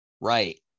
Right